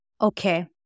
Okay